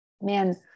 man